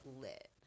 lit